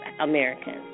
Americans